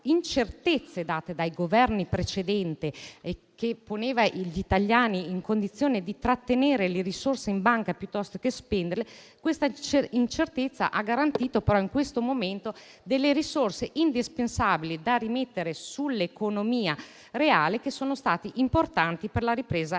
incertezze date dai Governi precedenti, che ponevano gli italiani in condizione di trattenere le risorse in banca piuttosto che spenderle; questa incertezza ha garantito in questo momento risorse indispensabili da rimettere nell'economia reale, che sono state importanti per la ripresa